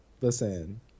listen